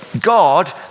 God